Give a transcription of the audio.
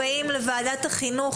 ברוכים הבאים לוועדת החינוך,